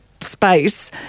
space